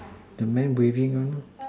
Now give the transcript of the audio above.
the man breathing one